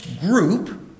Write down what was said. group